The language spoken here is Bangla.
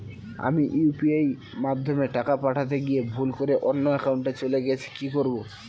আমি ইউ.পি.আই মাধ্যমে টাকা পাঠাতে গিয়ে ভুল করে অন্য একাউন্টে চলে গেছে কি করব?